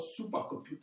supercomputer